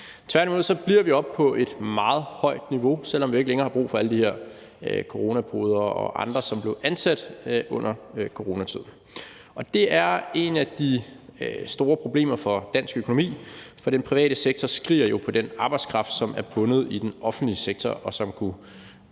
Tværtimod bliver vi oppe på et meget højt niveau, selv om vi ikke længere har brug for alle de her coronapodere og andre, som blev ansat under coronatiden, og det er et af de store problemer for dansk økonomi. For den private sektor skriger jo på den arbejdskraft, som er bundet i den offentlige sektor, og som kunne